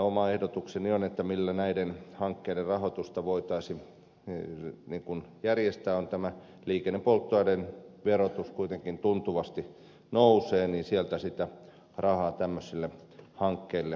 oma ehdotukseni millä näiden hankkeiden rahoitusta voitaisiin järjestää on että kun liikennepolttoaineiden verotus kuitenkin tuntuvasti nousee niin sieltä sitä rahaa tämmöisille hankkeille saataisiin